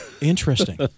Interesting